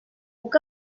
puc